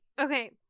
Okay